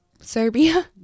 Serbia